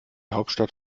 hauptstadt